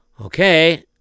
Okay